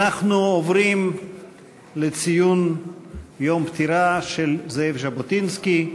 אנחנו עוברים לציון יום הפטירה של זאב ז'בוטינסקי.